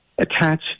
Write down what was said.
attach